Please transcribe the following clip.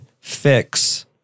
fix